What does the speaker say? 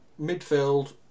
midfield